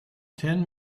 ten